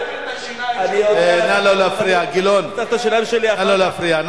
תצחצח את השיניים שלך.